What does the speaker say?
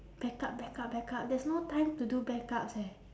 backup backup backup there's no time to do backups eh